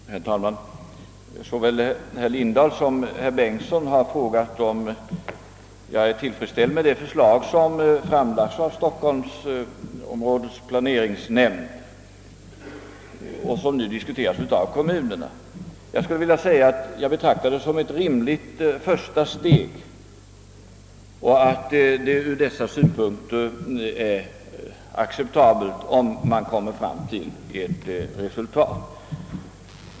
Herr talman! Såväl herr Lindahl som herr Bengtson i Solna har frågat om jag är tillfredsställd med det förslag som framlagts av stockholmsområdets planeringsnämnd och som nu diskuteras av kommunerna. Jag betraktar det som ett rimligt första steg, och då är det acceptabelt om man kommer fram till ett resultat.